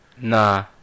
Nah